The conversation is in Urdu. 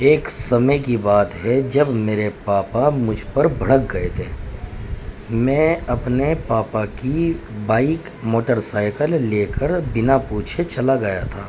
ایک سمے کی بات ہے جب میرے پاپا مجھ پر بھڑک گئے تھے میں اپنے پاپا کی بائک موٹر سائیکل لے کر بنا پوچھے چلا گیا تھا